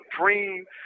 dream